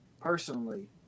personally